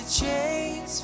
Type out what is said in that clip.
chains